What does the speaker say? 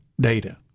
data